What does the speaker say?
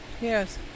Yes